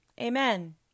Amen